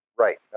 Right